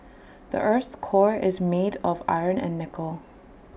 the Earth's core is made of iron and nickel